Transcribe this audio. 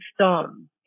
storm